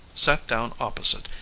sat down opposite,